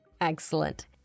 Excellent